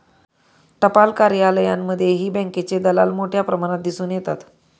टपाल कार्यालयांमध्येही बँकेचे दलाल मोठ्या प्रमाणात दिसून येतात